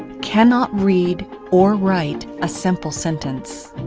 cannot read or write a simple sentence.